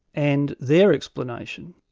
and their explanation,